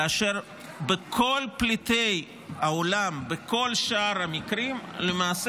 כאשר כל פליטי העולם בכל שאר המקרים למעשה